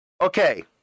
Okay